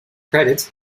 credits